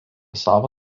savo